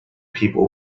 people